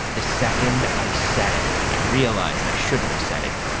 the second i said it, i realized i shouldn't have said it.